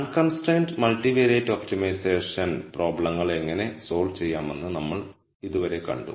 unconstrained multivariate optimization പ്രോബ്ലങ്ങൾ എങ്ങനെ solve ചെയ്യാമെന്ന് നമ്മൾ ഇതുവരെ കണ്ടു